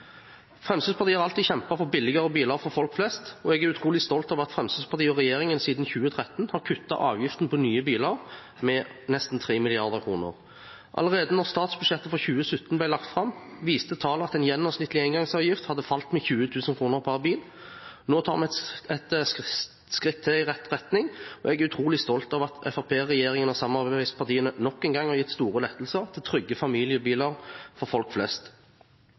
Fremskrittspartiet har alltid kjempet for billigere biler for folk flest, og jeg er utrolig stolt over at Fremskrittspartiet og regjeringen siden 2013 har kuttet avgiften på nye biler med nesten 3 mrd. kr. Allerede da statsbudsjettet for 2017 ble lagt fram, viste tallene at en gjennomsnittlig engangsavgift hadde falt med 20 000 kr per bil. Nå tar vi et skritt til i rett retning, og jeg er urolig stolt over at Fremskrittspartiet, regjeringen og samarbeidspartiene nok en gang har gitt store lettelser til trygge familiebiler for folk flest.